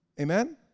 Amen